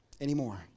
anymore